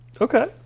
Okay